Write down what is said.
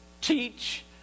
teach